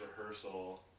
rehearsal